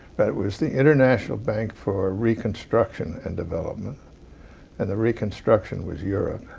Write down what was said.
but it was the international bank for reconstruction and development and the reconstruction was europe.